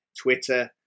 Twitter